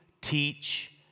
teach